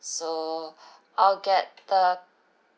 so I'll get the